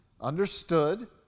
understood